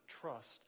trust